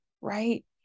right